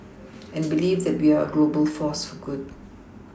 and believe that we are a global force for good